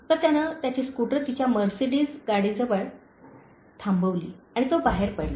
तर त्याने त्याची स्कुटर तिच्या मर्सीडीज कारजवळ थांबवली आणि तो बाहेर पडला